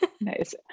Nice